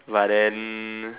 but then